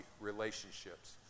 relationships